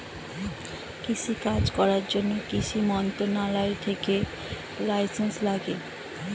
কৃষি কাজ করার জন্যে কৃষি মন্ত্রণালয় থেকে লাইসেন্স লাগে